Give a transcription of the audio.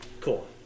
Cool